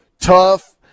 tough